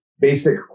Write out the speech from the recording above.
basic